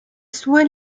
sue